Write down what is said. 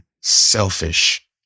selfish